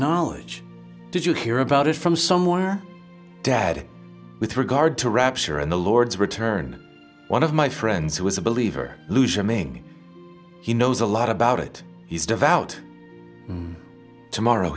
knowledge did you hear about it from someone or dad with regard to rapture and the lord's return one of my friends who is a believer luzhin me he knows a lot about it he's devout tomorrow